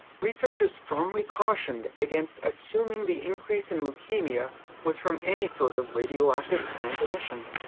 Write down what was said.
researchers strongly cautioned against assuming the increase in leukemia was from any sort of radioactive plant emission.